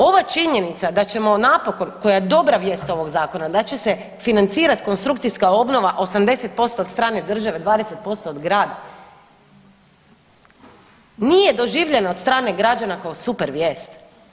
Ova činjenica da ćemo napokon, koja je dobra vijest ovog Zakona da će se financirati konstrukcijska obnova 80% od strane države, 20% od grada, nije doživljeno od strane građana kao super vijest.